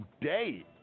today